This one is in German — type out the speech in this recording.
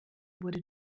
wurde